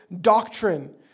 doctrine